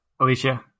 alicia